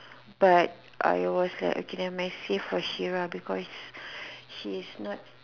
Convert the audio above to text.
but I was like okay never mind save for Hera because she is not